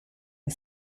the